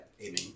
aiming